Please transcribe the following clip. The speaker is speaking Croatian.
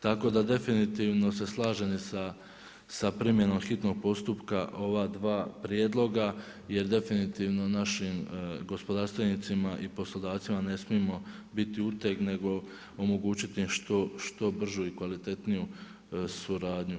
Tako da definitivno se slažem i sa primjenom hitnog postupak ova dva prijedloga je definitivno našim gospodarstvenicima i poslodavcima ne smijemo biti uteg nego omogućiti im što bržu i kvalitetniju suradnju.